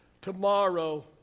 Tomorrow